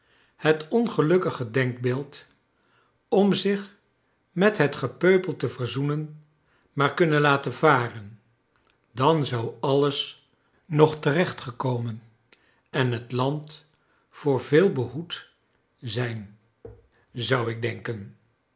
het ongelukkige denkbeeld om zioh met het gepenpel te verzoenen maar kunnen laten va ren clan zou alles nog terechtgekomen en het land voor veel behoed zijn zou ik deaken